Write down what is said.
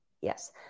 Yes